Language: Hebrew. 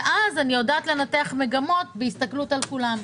ואז אדע לנתח מגמות בהסתכלות על כולם.